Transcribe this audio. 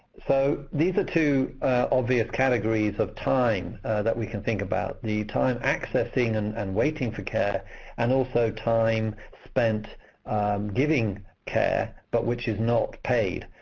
so these are two obvious categories of time that we can think about the time accessing and and waiting for care and also time spent giving care but which is not paid.